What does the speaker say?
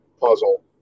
puzzle